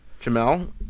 Jamel